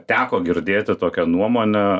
teko girdėti tokią nuomonę